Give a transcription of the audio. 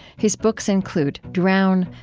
his books include drown,